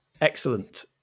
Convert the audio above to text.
Excellent